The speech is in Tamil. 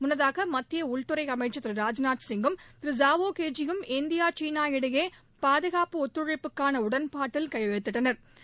முன்னதாக மத்திய உள்துறைஅமைச்சர் திரு ராஜ்நாத் சிங்கும் திரு ஜாவோ கேஜியும் இந்தியா சீனா இடையே பாதுகாப்பு ஒத்துழைப்புக்கான உடன்பாட்டில் கையெழுத்திட்டனா்